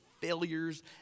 failures